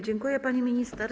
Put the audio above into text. Dziękuję, pani minister.